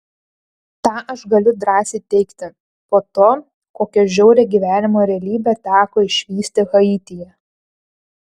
tą aš galiu drąsiai teigti po to kokią žiaurią gyvenimo realybę teko išvysti haityje